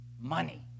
money